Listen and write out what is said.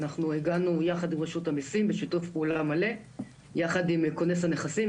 אנחנו הגענו יחד עם רשות המיסים בשיתוף פעולה מלא יחד עם כונס הנכסים,